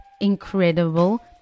incredible